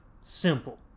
Simple